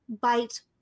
bite